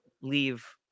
Leave